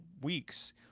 weeks